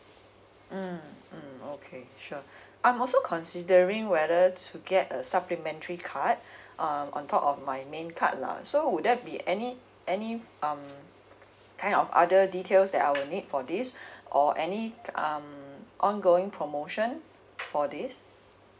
mm mm okay sure I'm also considering whether to get a supplementary card um on top of my name card lah so would there be any any um kind of other details that I'll need for this or any um ongoing promotion for this